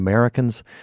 Americans